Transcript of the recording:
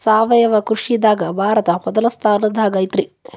ಸಾವಯವ ಕೃಷಿದಾಗ ಭಾರತ ಮೊದಲ ಸ್ಥಾನದಾಗ ಐತ್ರಿ